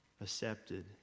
accepted